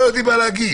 לא ידעו מה להגיד.